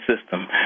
system